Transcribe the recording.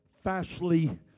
fastly